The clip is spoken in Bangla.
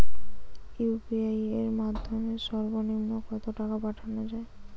ইউ.পি.আই এর মাধ্যমে সর্ব নিম্ন কত টাকা পাঠানো য়ায়?